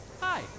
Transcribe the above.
Hi